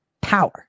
power